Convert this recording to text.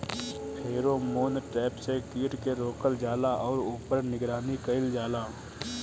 Pheromone trap से कीट के रोकल जाला और ऊपर निगरानी कइल जाला?